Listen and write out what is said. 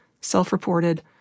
self-reported